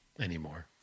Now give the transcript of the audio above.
anymore